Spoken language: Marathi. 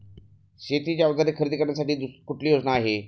शेतीची अवजारे खरेदी करण्यासाठी कुठली योजना आहे?